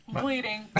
bleeding